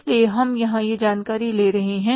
इसलिए हम यहां वह जानकारी ले रहे हैं